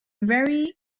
very